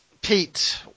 Pete